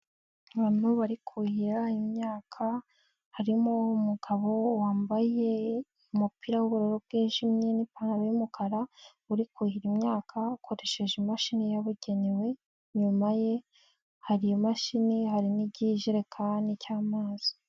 Abantu bari kuhira imyaka harimo umugabo wambaye umupira w'ubururu bwijimye n'ipantaro y'umukara uri kuhira imyaka akoresheje imashini yabugenewe, inyuma ye hari imashini hari n'ikijerekani cy'amazi.